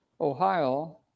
Ohio